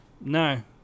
No